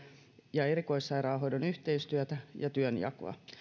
ja erikoissairaanhoidon yhteistyötä ja työnjakoa